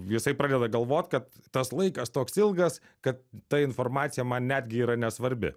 jisai pradeda galvot kad tas laikas toks ilgas kad ta informacija man netgi yra nesvarbi